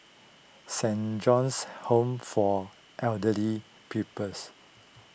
Saint John's Home for Elderly Peoples